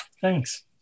Thanks